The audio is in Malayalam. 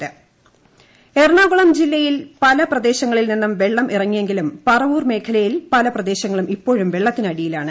ടട എറണാകുളം എറണാകുളം ജില്ലയിൽ പല പ്രദേശങ്ങളിൽ നിന്നും വെള്ളം ഇറങ്ങിയെങ്കിലും പറവൂർ മേഖലയിൽ പല പ്രദേശങ്ങളും ഇപ്പോഴും വെളളത്തിനടിയിലാണ്